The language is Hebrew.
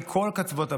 מכל קצוות הבית,